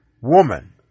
woman